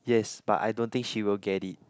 yes but I don't think she will get it